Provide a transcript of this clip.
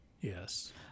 Yes